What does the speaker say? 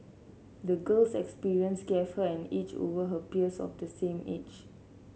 the girl's experiences gave her an edge over her peers of the same age